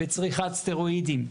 בצריכת סטרואידים.